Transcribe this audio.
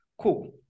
Cool